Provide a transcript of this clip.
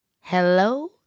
Hello